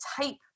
type